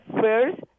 first